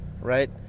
right